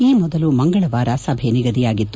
ಈ ಮೊದಲು ಮಂಗಳವಾರ ಸಭೆ ನಿಗದಿಯಾಗಿತ್ತು